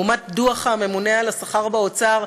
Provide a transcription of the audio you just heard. לעומת דוח הממונה על השכר באוצר,